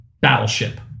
Battleship